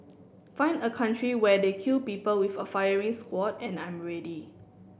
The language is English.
find a country where they kill people with a firing squad and I'm ready